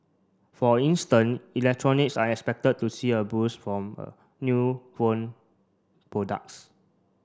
for instance electronics are expected to see a boost from a new phone products